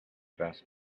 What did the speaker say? best